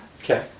Okay